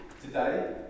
today